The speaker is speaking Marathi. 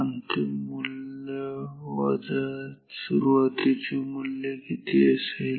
अंतिम मूल्य वजा सुरुवातीचे मूल्य किती असेल